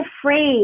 afraid